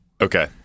Okay